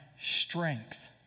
strength